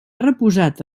reposat